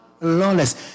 Lawless